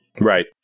Right